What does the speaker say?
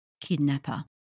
kidnapper